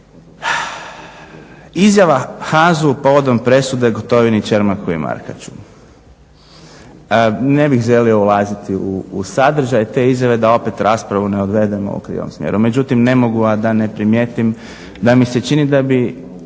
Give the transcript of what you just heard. Izjava HAZU povodom presude Gotovini, Čermaku i Markaču. Ne bih želio ulaziti u sadržaj te izjave da opet raspravu ne odvedemo u krivom smjeru. Međutim ne mogu a da ne primijetim da mi se čini da bi